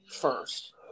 first